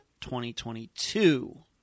2022